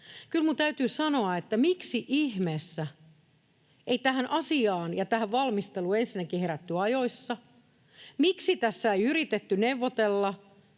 Kyllä minun täytyy sanoa, että miksi ihmeessä ei tähän asiaan ja tähän valmisteluun ensinnäkään herätty ajoissa, miksi tässä ei yritetty neuvotella